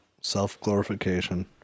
self-glorification